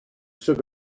shook